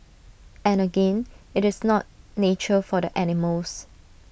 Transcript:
and again IT is not nature for the animals